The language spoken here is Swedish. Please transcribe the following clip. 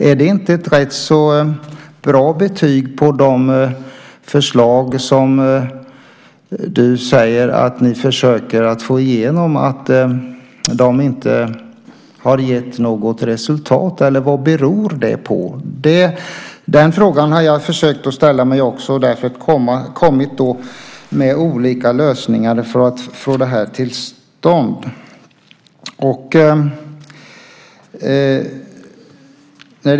Är det inte ett betyg på att de förslag som du säger att ni försöker få igenom inte har gett något resultat, eller vad beror det på? Den frågan har jag försökt ställa mig. Därför har jag kommit med olika lösningar för att få detta till stånd.